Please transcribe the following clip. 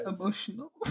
emotional